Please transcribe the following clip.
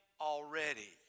already